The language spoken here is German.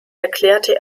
erklärte